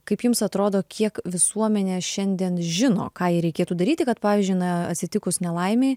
kaip jums atrodo kiek visuomenė šiandien žino ką jai reikėtų daryti kad pavyzdžiui na atsitikus nelaimei